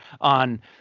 on